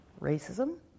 racism